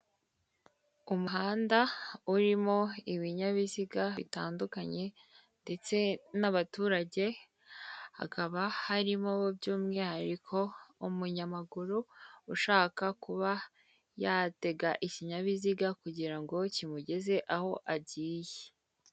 Umuhanda urimo ibinyabiziga bitandukanye ndetse n'abaturage hakaba harimo by'umwihariko umunyamaguru ushaka kuba yatega ikinyabiziga kugira ngo kimugeze aho agiye.